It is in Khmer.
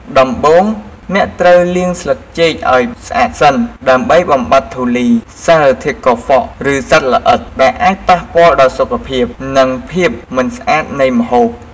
ដំបូង អ្នកត្រូវលាងស្លឹកចេកឱ្យស្អាតសិន ដើម្បីបំបាត់ធូលី សារធាតុកខ្វក់ ឬសត្វល្អិត ដែលអាចប៉ះពាល់ដល់សុខភាព និងភាពមិនស្អាតនៃម្ហូប។